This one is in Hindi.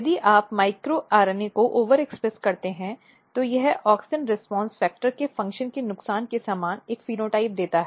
यदि आप माइक्रो आरएनए को ओवरएक्सप्रेस करते हैं तो यह औक्सिन रिस्पांस फैक्टर्स के फ़ंक्शन के नुकसान के समान एक फेनोटाइप देता है